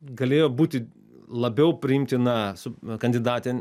galėjo būti labiau priimtina su kandidatė